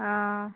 ആ